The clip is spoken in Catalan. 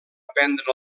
prendre